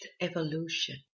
evolution